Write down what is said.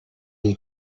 you